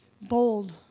bold